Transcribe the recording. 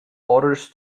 orders